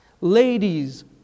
Ladies